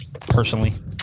personally